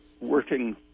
working